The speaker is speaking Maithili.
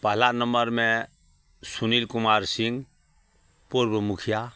पहला नम्मरमे सुनील कुमार सिंह पूर्ब मुखिआ